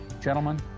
Gentlemen